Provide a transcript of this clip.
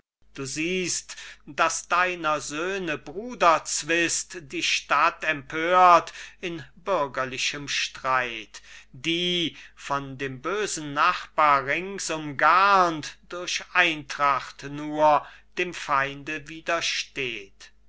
du siehst daß deiner söhne bruderzwist die stadt empört in bürgerlichem streit die von dem bösen nachbarn rings umgarnt durch eintracht nur dem feinde widersteht